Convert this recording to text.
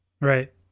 right